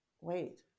wait